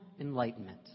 enlightenment